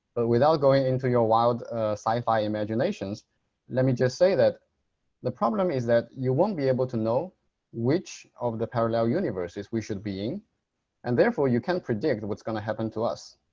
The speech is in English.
without going into your wild sci-fi imaginations let me just say that the problem is that you won't be able to know which of the parallel universes we should be in and therefore you can't predict what's going to happen to us.